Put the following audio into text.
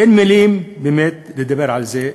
אין מילים, באמת, לדבר על זה.